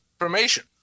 information